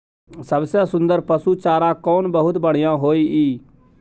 सबसे सुन्दर पसु चारा कोन बहुत बढियां होय इ?